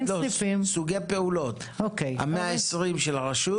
לאילו סוגי פעולות הולך ה-120 מיליון ₪